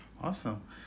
Awesome